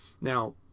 Now